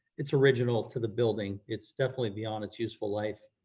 it's original to the building, it's definitely beyond its useful life,